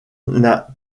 n’a